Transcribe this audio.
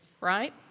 Right